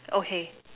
okay